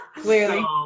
Clearly